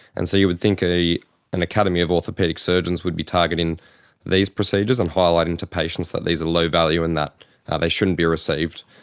and so you would think an academy of orthopaedic surgeons would be targeting these procedures and highlighting to patients that these are low-value and that ah they shouldn't be received.